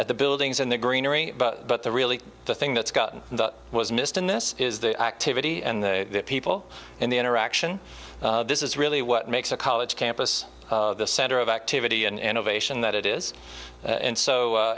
at the buildings and the greenery but the really the thing that's gotten that was missed in this is the activity and the people in the interaction this is really what makes a college campus the center of activity and innovation that it is and so